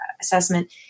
assessment